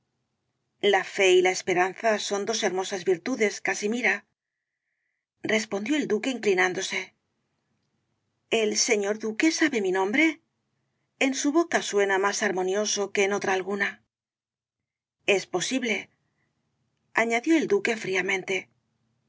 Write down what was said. la fe y la esperanza son dos hermosas virtudes casimira respondió el duque inclinándose el señor duque sabe mi nombre en su boca suena más armonioso que en otra alguna es posible añadió el duque fríamente